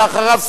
אחריו,